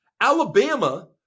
alabama